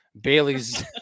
Bailey's